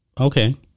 Okay